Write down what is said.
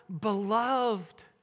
beloved